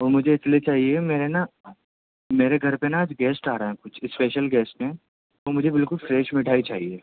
تو مجھے اس لیے چاہیے میں نے نا میرے گھر پہ نا آج گیسٹ آ رہا ہے کچھ اسپیشل گیسٹ ہیں تو مجھے بالکل فریش مٹھائی چاہیے